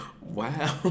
Wow